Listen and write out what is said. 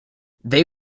they